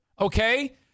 Okay